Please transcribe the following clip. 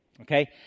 Okay